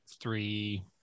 three